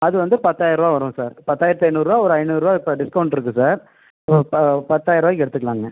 அது வந்து பத்தாயர்ருபா வரும் சார் பத்தாயிரத்தி ஐந்நூறுபா ஒரு ஐந்நூறுபா இப்போ டிஸ்கௌண்ட் இருக்குது சார் ப பத்தாயரருவாக்கி எடுத்துக்கலாங்க